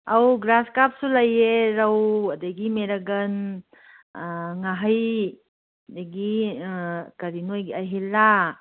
ꯑꯧ ꯒ꯭ꯔꯥꯁꯀꯞꯁꯨ ꯂꯩꯌꯦ ꯔꯧ ꯑꯗꯒꯤ ꯃꯦꯔꯒꯟ ꯉꯥꯍꯩ ꯑꯗꯒꯤ ꯀꯔꯤ ꯅꯣꯏꯒꯤ ꯑꯍꯤꯜꯂꯥ